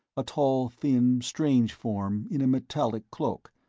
a tall thin strange form in a metallic cloak,